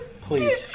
Please